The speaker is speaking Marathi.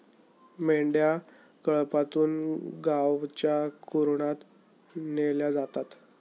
मेंढ्या कळपातून गावच्या कुरणात नेल्या जातात